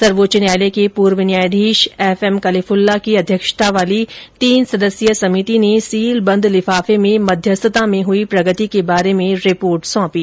सर्वोच्च न्यायालय के पूर्व न्यायाधीश एफ एम कलीफुल्ला की अध्यक्षता वाली तीन सदस्यीय समिति ने सील बंद लिफाफे में मध्यस्थता में हुई प्रगति के बारे में रिपोर्ट सौंपी